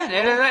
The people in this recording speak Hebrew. כן.